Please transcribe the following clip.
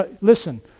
Listen